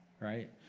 right